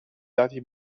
dati